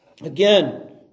again